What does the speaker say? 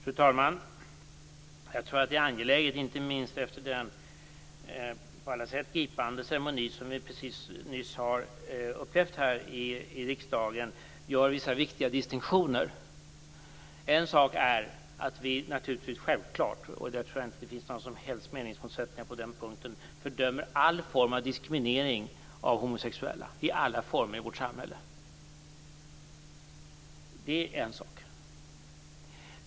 Fru talman! Jag tror att det är angeläget att man, inte minst efter den på alla sätt gripande ceremoni som vi precis har upplevt här i riksdagen, gör vissa viktiga distinktioner. En sak är att vi naturligtvis självklart - och jag tror inte att det finns några som helst meningsmotsättningar på den punkten - fördömer all form av diskriminering av homosexuella i vårt samhälle. Det är en sak.